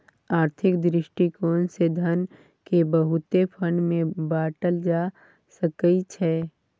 आर्थिक दृष्टिकोण से धन केँ बहुते फंड मे बाटल जा सकइ छै